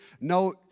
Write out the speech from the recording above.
no